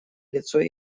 лицо